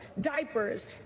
diapers